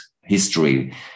history